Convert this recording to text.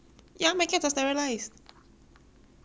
why not why wouldn't they be